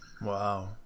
Wow